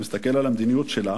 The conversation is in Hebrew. מסתכל על המדיניות שלה,